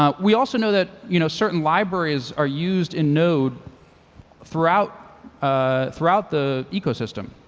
um we also know that you know certain libraries are used in node throughout ah throughout the ecosystem.